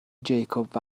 جیکوب